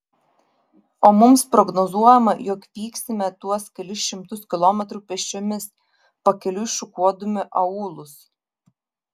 o mums prognozuojama jog vyksime tuos kelis šimtus kilometrų pėsčiomis pakeliui šukuodami aūlus